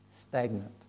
stagnant